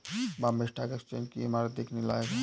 Bombay stock exchange की इमारत देखने लायक है